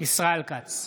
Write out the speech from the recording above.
ישראל כץ,